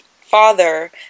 father